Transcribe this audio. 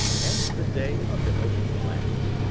hence the day of the open planet.